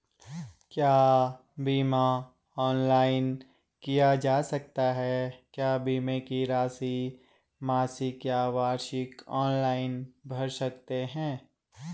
क्या बीमा ऑनलाइन किया जा सकता है क्या बीमे की राशि मासिक या वार्षिक ऑनलाइन भर सकते हैं?